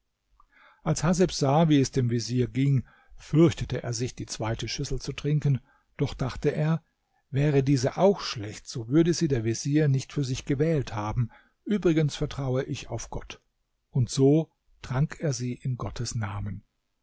als haseb sah wie es dem vezier ging fürchtete er sich die zweite schüssel zu trinken doch dachte er wäre diese auch schlecht so würde sie der vezier nicht für sich gewählt haben übrigens vertraue ich auf gott und so trank er sie in gottes namen